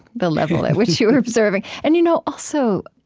the level at which you were observing. and you know also,